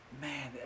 Man